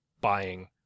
buying